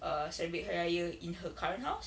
err celebrate hari raya in her current house